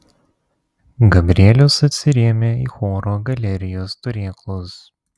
gabrielius atsirėmė į choro galerijos turėklus